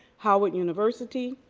howard university,